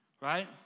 Right